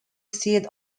seat